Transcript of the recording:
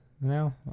Now